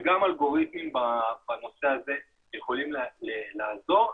וגם אלגוריתם בנושא הזה יכולים לעזור.